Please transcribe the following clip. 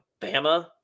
Bama